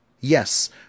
Yes